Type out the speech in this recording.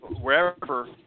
wherever